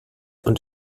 und